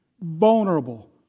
vulnerable